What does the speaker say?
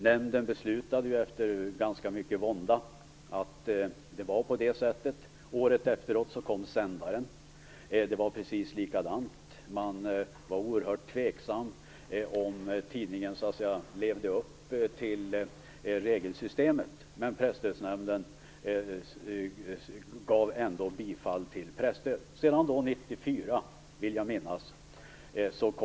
Nämnden beslutade efter ganska mycket vånda att det var på det sättet. Året efter kom Sändaren. Även då var man mycket tveksam om huruvida tidningen levde upp till regelsystemet. Men Presstödsnämnden gav ändå sitt bifall till presstöd. 1994 kom Petrus.